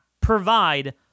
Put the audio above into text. provide